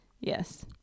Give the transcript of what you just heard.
Yes